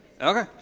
Okay